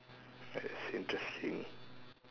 that's interesting